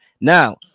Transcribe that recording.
Now